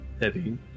heavy